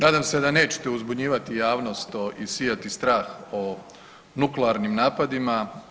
Nadam se da nećete uzbunjivati javnost i sijati strah o nuklearnim napadima.